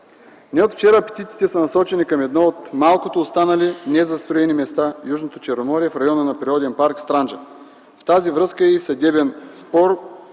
Не от вчера апетитите са насочени към едно от малкото останали незастроени места – Южното Черноморие, в района на Природен парк „Странджа”. В тази връзка е и съдебен спор